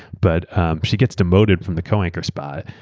but she gets demoted from the co-anchor spot.